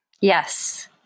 Yes